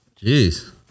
Jeez